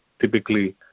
typically